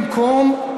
במקום,